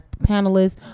panelists